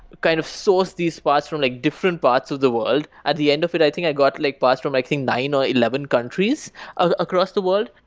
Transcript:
kind of source these parts from like different parts of the world. at the end of it, i think i got like parts from, i think, nine or eleven countries across the world.